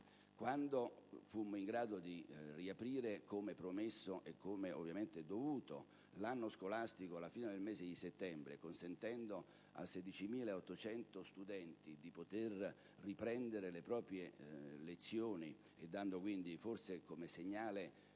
Quando fummo in grado di riaprire, come promesso e come ovviamente è dovuto, l'anno scolastico, alla fine del mese di settembre, consentendo a 16.800 studenti di riprendere le proprie lezioni e dando quindi il segnale